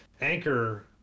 Anchor